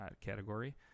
category